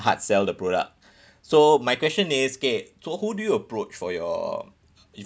hardsell the product so my question is okay so who do you approach for your